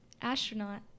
astronaut